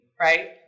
right